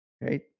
Right